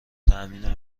تأمین